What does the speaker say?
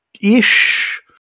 ish